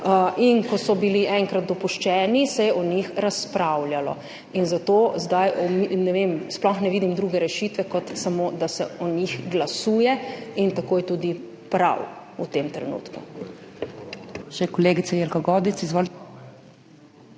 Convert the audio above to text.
Ko so bili enkrat dopuščeni, se je o njih razpravljalo, in zato zdaj sploh ne vidim druge rešitve kot samo, da se o njih glasuje. In tako je tudi prav v tem trenutku.